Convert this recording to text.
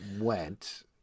went